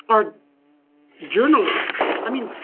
are journalists? i mean,